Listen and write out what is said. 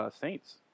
Saints